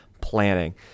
planning